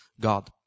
God